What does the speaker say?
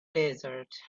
desert